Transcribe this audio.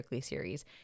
Series